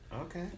Okay